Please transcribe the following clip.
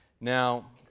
Now